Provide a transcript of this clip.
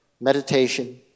meditation